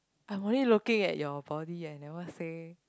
I'm only looking at your body I never say